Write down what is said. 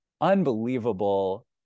unbelievable